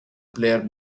player